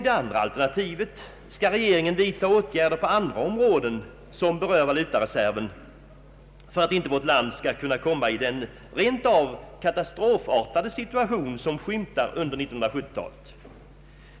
Det andra alternativet är: Skall regeringen vidta åtgärder på andra områden som berör valutareserven för att vårt land inte skall hamna i den rent av katastrofartade situation som skymtar under 1970-talet?